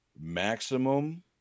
maximum